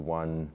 one